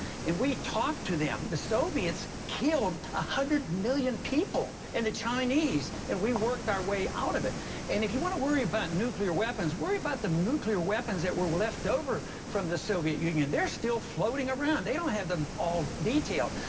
and we talked to them. the soviets killed one ah hundred million people and the chinese, and we worked our way out of it. and if you want to worry about nuclear weapons, worry about the nuclear weapons that were were left over from the soviet union. they're still floating around. they don't have them all detailed.